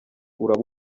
uraba